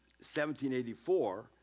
1784